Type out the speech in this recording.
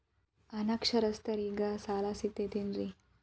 ಅನಕ್ಷರಸ್ಥರಿಗ ಸಾಲ ಸಿಗತೈತೇನ್ರಿ?